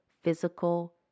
physical